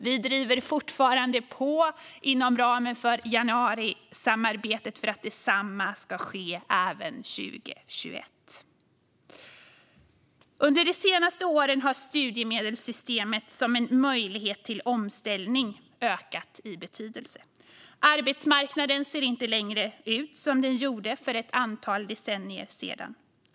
Vi driver fortfarande på inom ramen för januarisamarbetet för att detsamma ska ske även 2021. Under de senaste åren har studiemedelssystemet som en möjlighet till omställning ökat i betydelse. Arbetsmarknaden ser inte längre ut som den gjorde för ett antal decennier sedan.